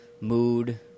Mood